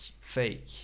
fake